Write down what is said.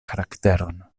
karakteron